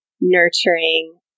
nurturing